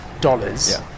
dollars